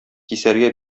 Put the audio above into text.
кисәргә